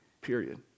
Period